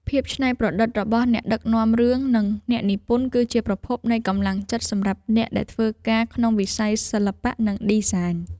ភាពច្នៃប្រឌិតរបស់អ្នកដឹកនាំរឿងនិងអ្នកនិពន្ធគឺជាប្រភពនៃកម្លាំងចិត្តសម្រាប់អ្នកដែលធ្វើការក្នុងវិស័យសិល្បៈនិងឌីហ្សាញ។